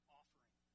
offering